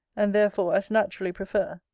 and therefore as naturally prefer,